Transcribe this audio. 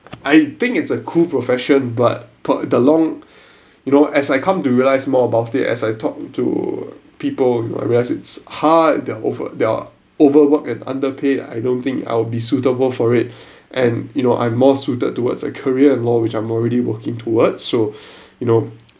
I think it's a cool profession but but the long you know as I come to realize more about it as I talk to people you know I realize it's hard and over they're overwork and underpaid I don't think I will be suitable for it and you know I'm more suited towards a career in law which I'm already working towards so you know